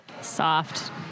Soft